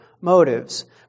motives